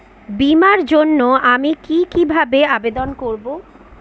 বিমার জন্য আমি কি কিভাবে আবেদন করব?